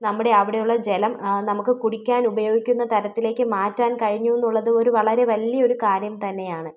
നമ്മുടെ അവിടെയുള്ള ജലം നമുക്ക് കുടിക്കാന് ഉപയോഗിക്കുന്ന തരത്തിലേക്ക് മാറ്റാന് കഴിഞ്ഞൂന്നുള്ളത് ഒരു വളരെ വലിയൊരു കാര്യം തന്നെയാണ്